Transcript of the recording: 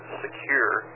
secure